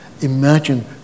imagine